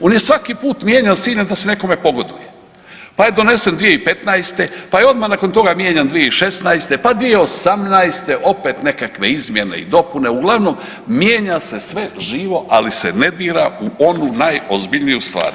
On je svaki put mijenjan s ciljem da se nekome pogoduje, pa je donesen 2015., pa je odma nakon toga mijenjan 2016. pa 2018. opet nekakve izmjene i dopune, uglavnom mijenja se sve živo, ali se ne dira u onu najozbiljniju stvar.